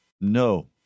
No